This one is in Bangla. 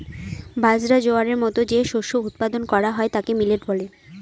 বাজরা, জোয়ারের মতো যে শস্য উৎপাদন করা হয় তাকে মিলেট বলে